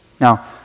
Now